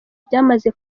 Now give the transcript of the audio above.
byamaze